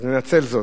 אז אנצל זאת.